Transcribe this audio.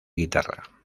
guitarra